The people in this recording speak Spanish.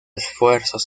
esfuerzos